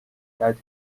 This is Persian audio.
سطح